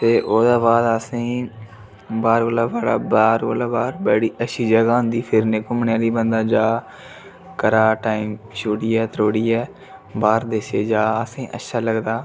ते ओह्दा बाद असेंगी बाह्र कोला बड़ा बाह्र बड़ी अच्छी जगह् होंदी फिरने घूमने आह्ली बन्दा जा घरै टाइम छुड़ियै त्रोड़ियै बाह्र देशै जा असेंई अच्छा लगदा